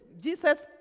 Jesus